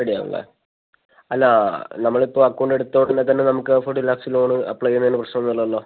ready ആവും അല്ലേ അല്ല നമ്മളിപ്പോൾ അക്കൗണ്ട് എടുത്ത ഉടനെ തന്നെ നമുക്ക് ആ ഫോർട്ടി ലാക്സ് ലോൺ അപ്ലൈ ചെയ്യുന്നതിന് പ്രശ്നമൊന്നുമില്ലല്ലോ